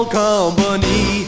company